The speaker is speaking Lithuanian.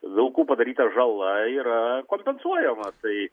vilkų padaryta žala yra kompensuojama tai